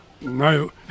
No